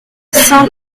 cent